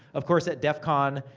of course, at defcon,